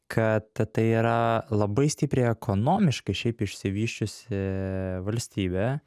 kad tai yra labai stipriai ekonomiškai šiaip išsivysčiusi valstybė